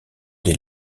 des